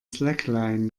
slackline